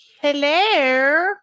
Hello